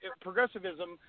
progressivism